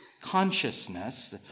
consciousness